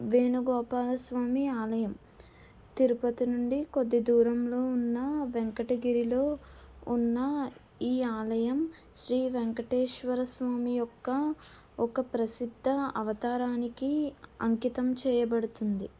వేణుగోపాల స్వామి ఆలయం తిరుపతి నుండి కొద్దిదూరంలో ఉన్న వెంకటగిరిలో ఉన్న ఈ ఆలయం శ్రీ వెంకటేశ్వర స్వామి యొక్క ఒక ప్రసిద్ధ అవతారానికి అంకితం చేయబడుతుంది